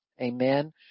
Amen